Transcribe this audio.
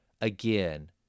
again